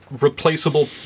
replaceable